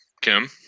Kim